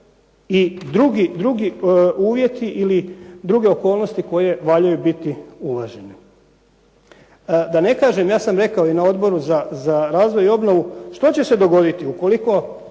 i drugi uvjeti ili druge okolnosti koje valjaju biti uvažene. Da ne kažem, ja sam rekao i na Odbor za razvoj i obnovu što će se dogoditi ukoliko